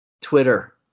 Twitter